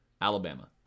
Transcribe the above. Alabama